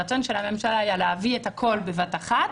הרצון של הממשלה היה להביא את הכול בבת אחת,